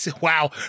Wow